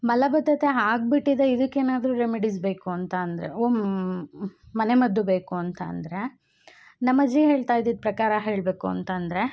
ಮಲಬದ್ದತೆ ಆಗ್ಬಿಟ್ಟಿದೆ ಇದ್ಕೆನಾದರೂ ರೆಮಿಡೀಸ್ ಬೇಕು ಅಂತ ಅಂದರೆ ಓಮ್ ಮನೆಮದ್ದು ಬೇಕು ಅಂತ ಅಂದರೆ ನಮ್ಮ ಅಜ್ಜಿ ಹೇಳ್ತಾಯಿದ್ದಿದ ಪ್ರಕಾರ ಹೇಳಬೇಕು ಅಂತ ಅಂದರೆ